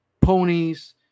ponies